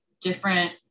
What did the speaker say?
different